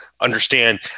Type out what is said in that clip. understand